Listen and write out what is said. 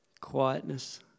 quietness